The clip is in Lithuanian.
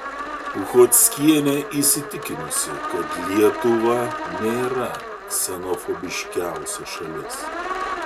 uchockienė įsitikinusi kad lietuva nėra ksenofobiškiausia šalis